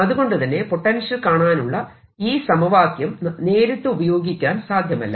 അതുകൊണ്ടുതന്നെ പൊട്ടൻഷ്യൽ കാണാനുള്ള ഈ സമവാക്യം നേരിട്ട് ഉപയോഗിക്കാൻ സാധ്യമല്ല